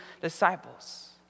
disciples